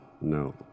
No